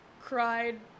Cried